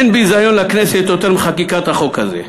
אין ביזיון לכנסת יותר מחקיקת החוק הזה.